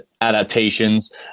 adaptations